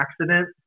accident